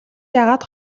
яагаад